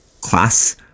class